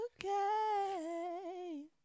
okay